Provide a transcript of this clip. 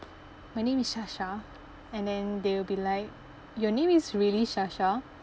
my name is shasha and then they'll be like your name is really shasha